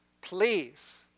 Please